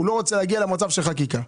הוא לא רוצה להגיע למצב של חקיקה.